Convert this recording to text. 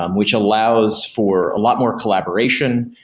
um which allows for a lot more collaboration.